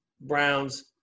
Browns